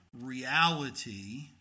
reality